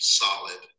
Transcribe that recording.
solid